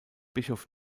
bischof